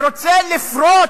ורוצה לפרוץ,